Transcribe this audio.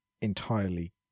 entirely